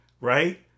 right